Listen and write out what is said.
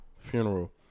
Funeral